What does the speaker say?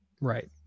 right